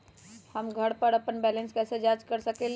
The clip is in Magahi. हम घर पर अपन बैलेंस कैसे जाँच कर सकेली?